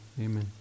amen